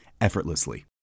effortlessly